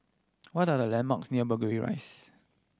what are the landmarks near Burgundy Rise